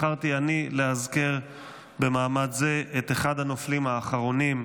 בחרתי אני לאזכר במעמד זה את אחד הנופלים האחרונים,